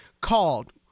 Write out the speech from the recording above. called